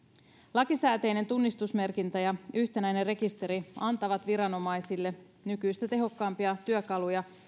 lakisääteinen tunnistusmerkintä ja yhtenäinen rekisteri antavat viranomaisille nykyistä tehokkaampia työkaluja